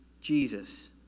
Jesus